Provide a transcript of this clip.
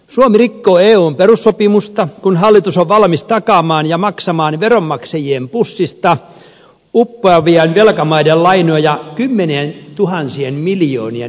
suomi rikkoo eun perussopimusta kun hallitus on valmis takaamaan ja maksamaan veronmaksajien pussista uppoavien velkamaiden lainoja kymmenientuhansien miljoonien eurojen edestä